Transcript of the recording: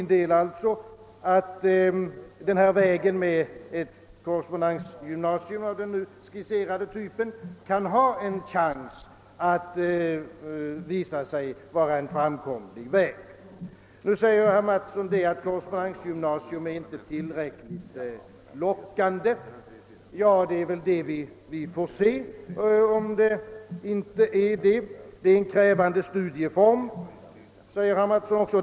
Jag tror alltså, att denna väg med ett korrespondensgymnasium av den skisserade typen kan visa sig vara framkomlig. Nu säger herr Mattsson, att ett korrespondensgymnasium inte är tillräckligt lockande. Det är det vi får se. Det är en krävande studieform, säger herr Mattsson vidare.